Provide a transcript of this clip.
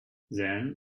then